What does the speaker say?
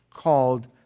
called